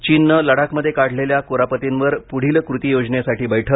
चीननं लडाखमध्ये काढलेल्या क्रापतींवर पुढील कृती योजनेसाठी बैठक